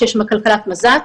שיש שם כלכלת מזה"ת,